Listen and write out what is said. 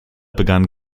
begann